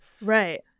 Right